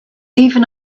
even